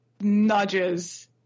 nudges